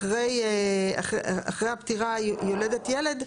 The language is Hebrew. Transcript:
אחרי הפטירה יולדת ילד,